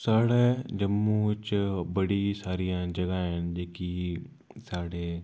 साढ़े जम्मू बिच्च बड़ी सारियां जगह् हैन जेह्की साढ़े